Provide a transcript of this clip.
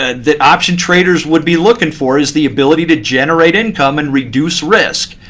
ah the option traders would be looking for is the ability to generate income and reduce risk.